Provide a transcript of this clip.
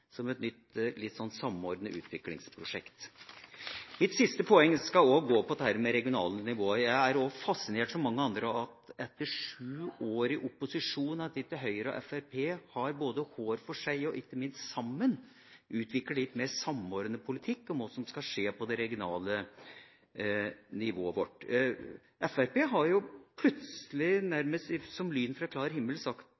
som et nytt samordnet utviklingsprosjekt. Mitt siste poeng går også på dette med regionale nivåer. Jeg er også fascinert, som mange andre, av at ikke Høyre og Fremskrittspartiet, både hver for seg og ikke minst sammen, etter sju år i opposisjon har utviklet en litt mer samordnet politikk om hva som skal skje på det regionale nivået vårt. Fremskrittspartiet har jo plutselig,